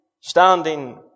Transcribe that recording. standing